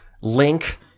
link